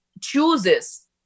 chooses